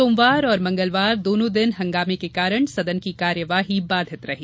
सोमवार और मंगलवार दोनों दिन हंगामे के कारण सदन की कार्यवाही बाधित रही